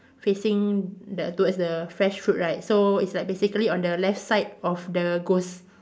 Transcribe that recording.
facing the towards the fresh fruit right so it's like basically on the left side of the ghost